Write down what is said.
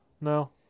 No